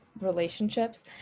relationships